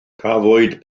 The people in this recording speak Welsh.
cafwyd